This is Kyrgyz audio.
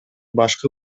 башкы